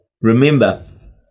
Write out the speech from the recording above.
Remember